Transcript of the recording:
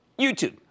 YouTube